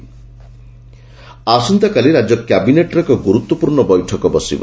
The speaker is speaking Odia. କ୍ୟାବିନେଟ୍ର ବୈଠକ ଆସନ୍ତାକାଲି ରାଜ୍ୟ କ୍ୟାବିନେଟ୍ର ଏକ ଗୁରୁତ୍ୱପୂର୍ଶ୍ର୍ଣ ବୈଠକ ବସିବ